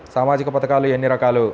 సామాజిక పథకాలు ఎన్ని రకాలు?